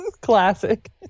classic